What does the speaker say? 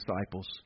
disciples